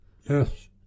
Yes